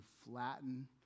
flatten